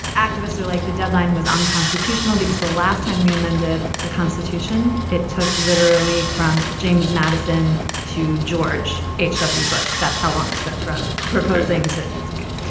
activists were like the deadline was unconstitutional because the last time we amended the constitution, it took literally from james madison to george h w. bush. that's how long it took from proposing to get.